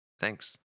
Thanks